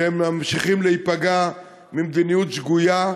והם ממשיכים להיפגע ממדיניות שגויה,